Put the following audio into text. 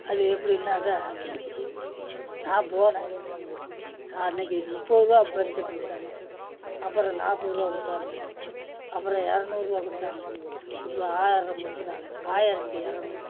அது எப்படினாக்கா நான் போனேன் அன்றைக்கி முப்பருபா பென்சன் கொடுத்தாங்க அப்புறோம் நாற்பதுருபா கொடுத்தாங்க அப்புறோம் இரநூறுபா கொடுத்தாங்க இப்போ ஆயிரம் கொடுக்குறாங்க ஆயிரத்தி இரநூறு